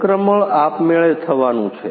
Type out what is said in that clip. સંક્રમણ આપમેળે થવાનું છે